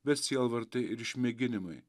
bet sielvartai ir išmėginimai